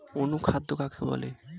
অনুখাদ্য কাকে বলে?